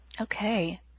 okay